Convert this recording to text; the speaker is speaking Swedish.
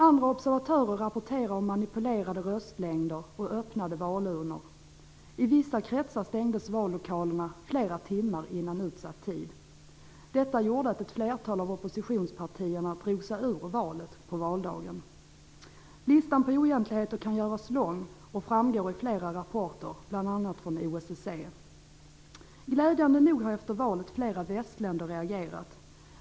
Andra observatörer rapporterar om manipulerade röstlängder och öppnade valurnor. I vissa kretsar stängdes vallokalerna flera timmar innan utsatt tid. Detta gjorde att ett flertal av oppositionspartierna drog sig ur valet på valdagen. Listan på oegentligheter kan göras lång. Det framgår i flera rapporter, bl.a. från OSSE. Glädjande nog har efter valet flera västländer reagerat.